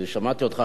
שמעתי אותך,